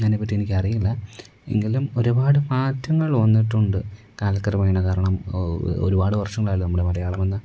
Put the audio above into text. അതിനെപ്പറ്റി എനിക്കറിയില്ല എങ്കിലും ഒരുപാട് മാറ്റങ്ങൾ വന്നിട്ടുണ്ട് കാലക്രമേണ കാരണം ഒരുപാട് വർഷങ്ങളായല്ലോ നമ്മള് മലയാളം എന്ന